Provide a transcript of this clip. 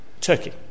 Turkey